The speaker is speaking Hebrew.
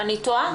תודה רבה, נמשיך.